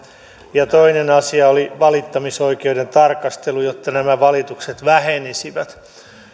ja toinen asia oli valittamisoikeuden tarkastelu jotta nämä valitukset vähenisivät